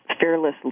fearless